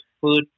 food